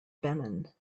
benin